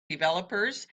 developers